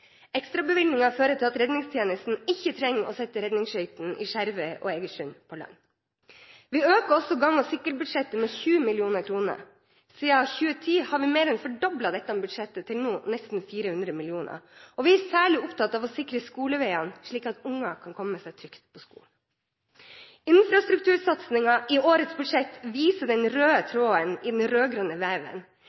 fører til at redningstjenesten ikke trenger å sette redningsskøytene i Skjervøy og Egersund på land. Vi øker også gang- og sykkelbudsjettet med 20 mill. kr. Siden 2010 har vi mer enn fordoblet dette budsjettet, til nå nesten 400 mill. kr, og vi er særlig opptatt av å sikre skoleveiene, slik at unger kan komme seg trygt på skolen. Infrastruktursatsingen i årets budsjett viser den røde tråden i den